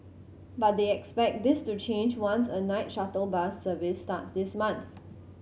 but they expect this to change once a night shuttle bus service starts this month